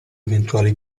eventuali